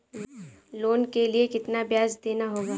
Loan के लिए कितना ब्याज देना होगा?